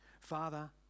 Father